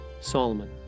Solomon